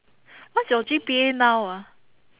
what's your G_P_A now ah